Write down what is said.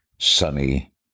sunny